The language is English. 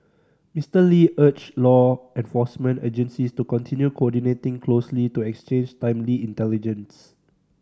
Mister Lee urged law enforcement agencies to continue coordinating closely to exchange timely intelligence